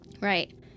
Right